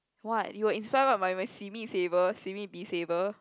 what you are inspired by my my simi saver simi be saver